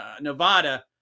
Nevada